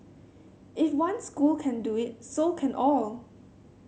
if one school can do it so can all